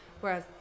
Whereas